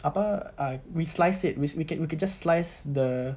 apa uh we slice it we sl~ we can just slice the